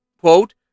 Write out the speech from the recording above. quote